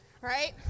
right